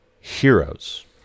Heroes